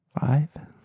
Five